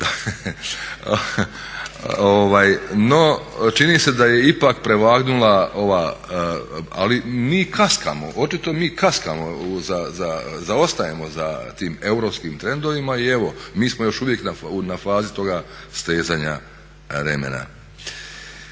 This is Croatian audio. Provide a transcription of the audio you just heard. No, čini se da je ipak prevagnula ova, ali mi kaskamo, očito mi kaskamo, zaostajemo za tim europskim trendovima i evo mi smo još uvijek na fazi toga stezanja remena.